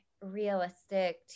realistic